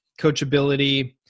coachability